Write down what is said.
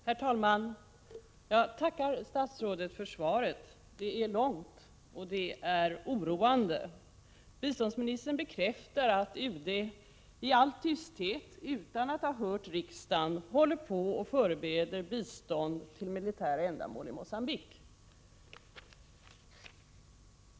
Herr talman! Jag tackar statsrådet för svaret. Det är långt och oroande. Biståndsministern bekräftar att UD i all tysthet, utan att ha hört riksdagen, förbereder bistånd till militära ändamål i Mogambique.